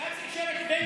בג"ץ אישר את בן גביר.